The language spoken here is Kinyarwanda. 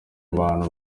bantu